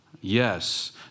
Yes